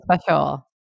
special